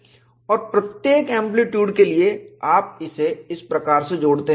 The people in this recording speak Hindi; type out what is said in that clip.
और प्रत्येक एंप्लीट्यूड के लिए आप इसे इस प्रकार से जोड़ते हैं